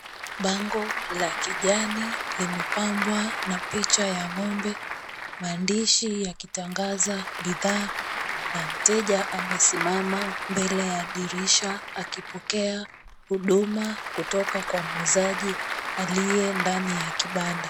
Bango la kijani limepambwa na picha ya ng'ombe. Maandishi yakitangaza bidhaa na mteja amesimama mbele ya dirisha akipokea huduma kutoka kwa mwuzaji aliyendani ya kibanda.